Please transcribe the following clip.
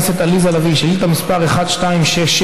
כשמדי יום צפויות כ-1,000 רקטות,